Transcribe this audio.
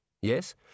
Yes